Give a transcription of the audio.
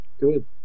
good